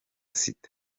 sita